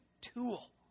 tool